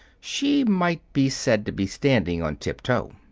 she might be said to be standing on tiptoe.